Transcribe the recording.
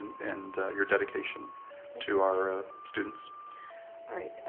and your dedication to our students. all right.